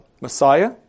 Messiah